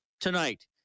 tonight